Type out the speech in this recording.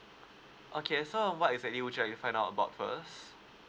okay so what exactly would you like to find out about first